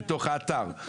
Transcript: בתוך האתר.